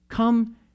come